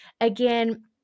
again